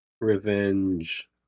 revenge